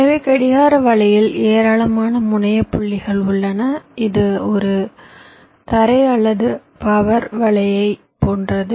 எனவே கடிகார வலையில் ஏராளமான முனைய புள்ளிகள் உள்ளன இது ஒரு தரை அல்லது பவர் வலையைப் போன்றது